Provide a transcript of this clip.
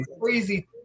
crazy